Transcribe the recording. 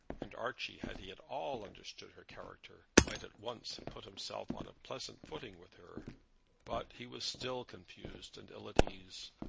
and archie, had he at all understood her character, might at once have put himself on a pleasant footing with her but he was still confused and ill at ease,